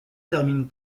termine